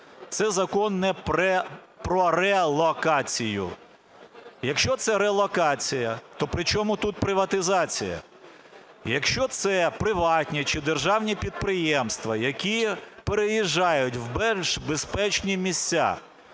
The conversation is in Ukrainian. Це закон не про релокацію. Якщо це релокація, то при чому тут приватизація? Якщо це приватні чи державні підприємства, які переїжджають у більш безпечні місця,